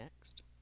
next